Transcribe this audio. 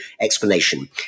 explanation